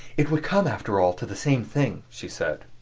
it would come, after all, to the same thing, she said.